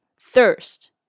thirst